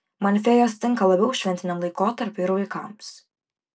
man fėjos tinka labiau šventiniam laikotarpiui ir vaikams